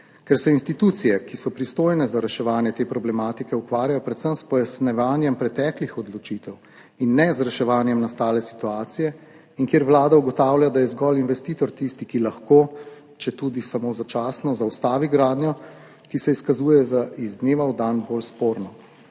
Ker se institucije, ki so pristojne za reševanje te problematike, ukvarjajo predvsem s pojasnjevanjem preteklih odločitev, in ne z reševanjem nastale situacije, in kjer Vlada ugotavlja, da je zgolj investitor tisti, ki lahko, četudi samo začasno zaustavi gradnjo, ki se izkazuje za iz dneva v dan bolj sporno.